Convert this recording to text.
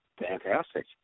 fantastic